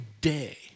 day